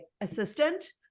assistant